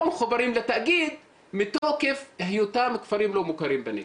מחוברים לתאגיד מתוקף היותם כפרים לא מוכרים בנגב.